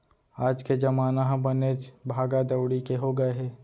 आज के जमाना ह बनेच भागा दउड़ी के हो गए हे